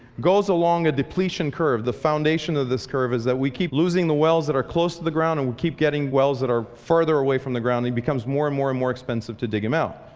goes along a depletion curve. the foundation of this curve is that we keep losing the wells that are close to the ground. and we keep getting wells that are farther away from the ground. it becomes more and more and more expensive to dig them out.